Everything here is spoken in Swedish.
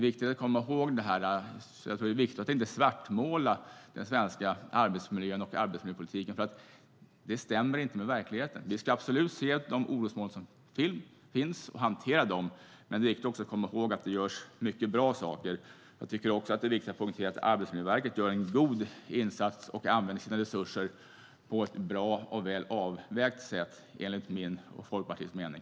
Det är viktigt att inte svartmåla den svenska arbetsmiljön och arbetsmiljöpolitiken eftersom det inte stämmer med verkligheten. Vi ska absolut se och hantera de orosmoln som finns, men det är också väsentligt att komma ihåg att många bra saker görs. Arbetsmiljöverket gör en god insats och använder sina resurser på ett bra och väl avvägt sätt, enligt min och Folkpartiets mening.